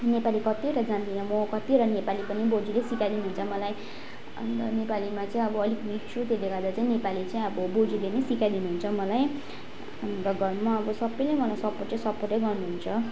नेपाली कतिवटा जान्दिनँ म कतिवटा नेपाली पनि बोजूले सिकाइदिनुहुन्छ मलाई अन्त नेपालीमा चाहिँ अब अलिक विक छु त्यसले गर्दा चाहिँ नेपाली चाहिँ अब बोजूले नै सिकाइदिनुहुन्छ मलाई अन्त घरमा अब सबैले मलाई सपोटै सपोटै गर्नुहुन्छ